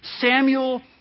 samuel